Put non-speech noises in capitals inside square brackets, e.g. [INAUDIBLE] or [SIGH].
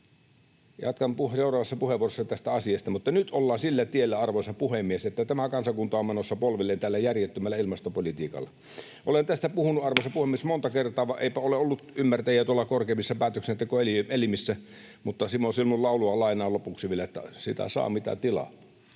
Jatkan seuraavassa puheenvuorossani tästä asiasta. Mutta nyt ollaan sillä tiellä, arvoisa puhemies, että tämä kansakunta on menossa polvilleen tällä järjettömällä ilmastopolitiikalla. Olen tästä puhunut, [NOISE] arvoisa puhemies, monta kertaa, vaan eipä ole ollut ymmärtäjiä tuolla korkeimmissa päätöksentekoelimissä. Mutta Simo Silmun laulua lainaan lopuksi vielä, että ”sitä saa, mitä tilaa”.